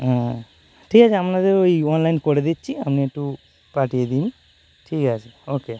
হ্যাঁ ঠিক আছে আপনাদের ওই অনলাইন করে দিচ্ছি আপনি একটু পাঠিয়ে দিন ঠিক আছে ওকে